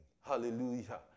Hallelujah